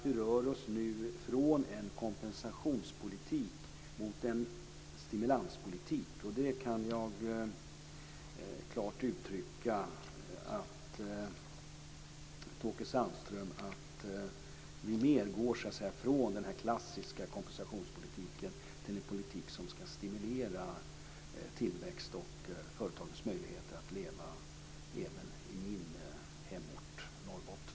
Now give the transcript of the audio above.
Vi rör oss nu i stället från en kompensationspolitik till en stimulanspolitik. Jag kan alltså klart uttrycka till Åke Sandström att vi mer går från den klassiska kompensationspolitiken till en politik som ska stimulera tillväxt och företagens möjligheter att leva även i min hemort, Norrbotten.